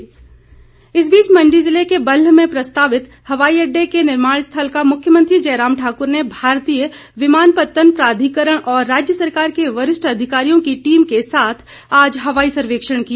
हवाई सर्वेक्षण इस बीच मण्डी जिले के बल्ह में प्रस्तावित हवाई अड्डे के निर्माण स्थल का मुख्यमंत्री जयराम ठाकुर ने भारतीय विमानपतन प्राधिकरण और राज्य सरकार के वरिष्ठ अधिकारियों की टीम के साथ आज हवाई सर्वेक्षण किया